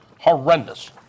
horrendous